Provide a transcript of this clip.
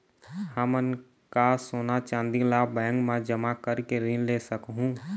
हमन का सोना चांदी ला बैंक मा जमा करके ऋण ले सकहूं?